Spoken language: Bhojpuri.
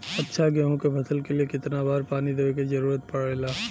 अच्छा गेहूँ क फसल के लिए कितना बार पानी देवे क जरूरत पड़ेला?